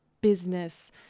business